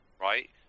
right